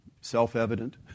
self-evident